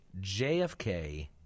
JFK